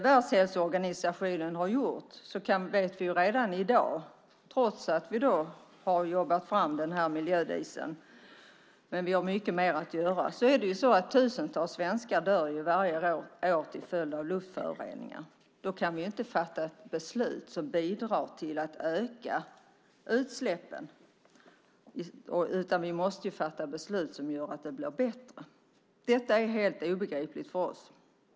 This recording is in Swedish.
Världshälsoorganisationen har gjort en analys som visar att tusentals svenskar dör varje år till följd av luftföroreningar trots att vi har jobbat fram den här miljödieseln. Vi har mycket mer att göra. Då kan vi inte fatta ett beslut som bidrar till att öka utsläppen. Vi måste fatta beslut som gör att det blir bättre. Detta är helt obegripligt för oss.